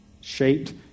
shaped